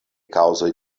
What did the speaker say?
kaŭzoj